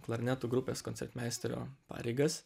klarnetų grupės koncertmeisterio pareigas